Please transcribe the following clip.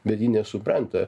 bet ji nesupranta